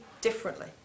differently